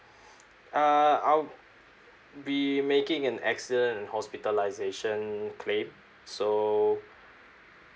uh I'll be making an accident and hospitalisation claim so